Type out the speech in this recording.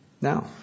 Now